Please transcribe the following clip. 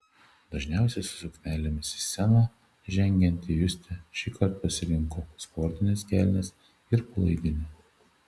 dažniausiai su suknelėmis į sceną žengianti justė šįkart pasirinko sportines kelnes ir palaidinę